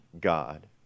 God